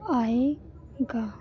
आएगा